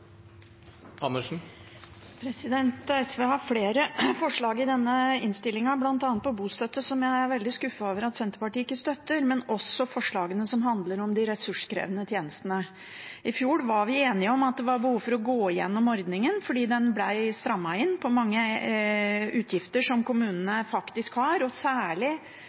SV har flere forslag i denne innstillingen, bl.a. når det gjelder bostøtte, som jeg er veldig skuffet over at Senterpartiet ikke støtter, men også forslagene som handler om de ressurskrevende tjenestene. I fjor var vi enige om at det var behov for å gå igjennom ordningen, fordi det ble strammet inn på mange utgifter som kommunene faktisk har. Særlig etter samhandlingsreformen får kommunene sykere og